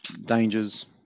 dangers